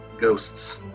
ghosts